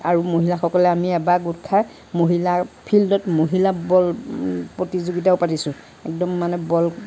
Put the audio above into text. আৰু মহিলাসকলে আমি এবাৰ গোট খাই মহিলাৰ ফিল্ডত মহিলা বল প্ৰতিযোগিতাও পাতিছোঁ একদম মানে বল